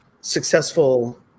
successful